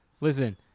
listen